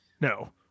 No